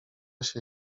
się